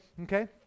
okay